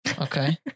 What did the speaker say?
okay